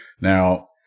Now